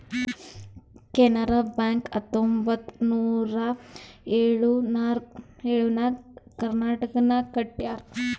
Canara bank ಹತ್ತೊಂಬತ್ತ್ ನೂರಾ ಎಳುರ್ನಾಗ್ ಕರ್ನಾಟಕನಾಗ್ ಕಟ್ಯಾರ್